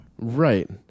right